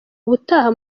ubutaha